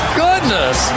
goodness